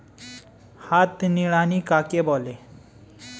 হাত নিড়ানি কাকে বলে?